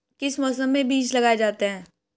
किस मौसम में बीज लगाए जाते हैं?